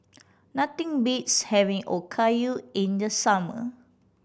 nothing beats having Okayu in the summer